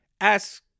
ask